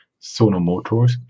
Sonomotors